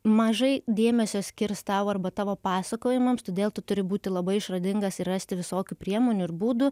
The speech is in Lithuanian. mažai dėmesio skirs tau arba tavo pasakojimams todėl tu turi būti labai išradingas ir rasti visokių priemonių ir būdų